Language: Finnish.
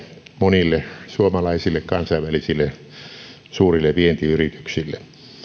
monille suomalaisille kansainvälisille suurille vientiyrityksille